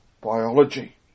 biology